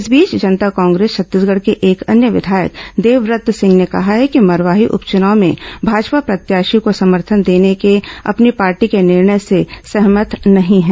इस बीच जनता कांग्रेस छत्तीसगढ़ के एक अन्य विधायक देवव्रत सिंह ने कहा है कि वे मरवाही उपचुनाव में भाजपा प्रत्याशी को समर्थन देने के अपनी पार्टी के निर्णय से सहमत नहीं है